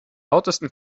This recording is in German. lautesten